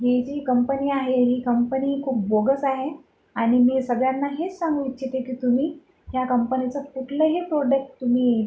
ही जी कंपनी आहे ही कंपनी खूप बोगस आहे आणि मी सगळ्यांना हेच सांगू इच्छिते की तुम्ही या कंपनीचं कुठलंही प्रोडक्ट तुम्ही